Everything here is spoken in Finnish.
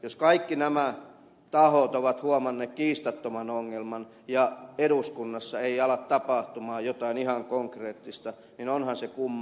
jos kaikki nämä tahot ovat huomanneet kiistattoman ongelman ja eduskunnassa ei ala tapahtua jotain ihan konkreettista niin onhan se kumma